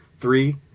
Three